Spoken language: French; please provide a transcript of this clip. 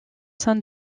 sein